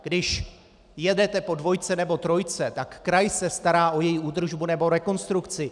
Když jedete po dvojce nebo trojce, tak kraj se stará o její údržbu nebo rekonstrukci.